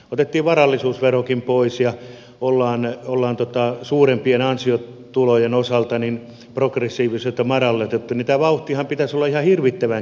otettiin varallisuusverokin pois ja ollaan suurempien ansiotulojen osalta progressiivisuutta madallutettu niin tämän vauhdinhan pitäisi olla ihan hirvittävän kiihkeä tällä hetkellä